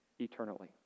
eternally